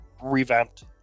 revamped